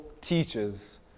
teachers